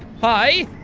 hi?